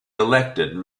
elected